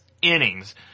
innings